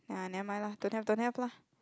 ya nevermind lah don't have don't have lah